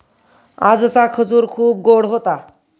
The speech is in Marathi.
आजचा खजूर खूप गोड होता